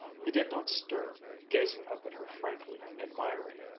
he did not stir, gazing up at her frankly admiring.